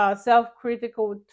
self-critical